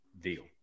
deal